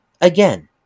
again